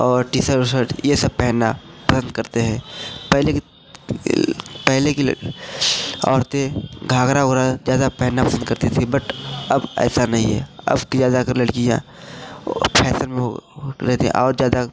और T shirt ऊ shirt ये सब पहनना पसंद करते हैं पहले की पहले की औरतें घाघरा उघरा ज्यादा पहनना पसंद करती थी बट अब ऐसा नहीं है अब की ज्यादाकर लड़कियां फैशन में और ज्यादा